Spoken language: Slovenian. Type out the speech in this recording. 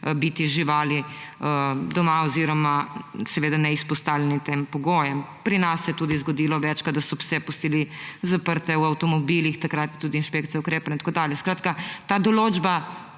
biti živali doma oziroma seveda ne izpostavljene tem pogojem. Pri nas se je tudi zgodilo večkrat, da so pse pustili zaprte v avtomobilih, takrat je tudi inšpekcija ukrepala in tako dalje. Skratka, ta določba